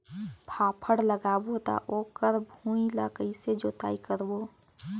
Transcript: फाफण लगाबो ता ओकर भुईं ला कइसे जोताई करबो?